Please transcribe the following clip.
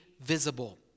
visible